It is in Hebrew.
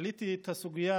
העליתי את הסוגיה